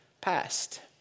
passed